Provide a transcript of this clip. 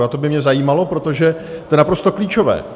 A to by mě zajímalo, protože to je naprosto klíčové.